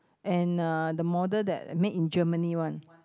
and uh the model that made in Germany one